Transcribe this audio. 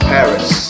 Paris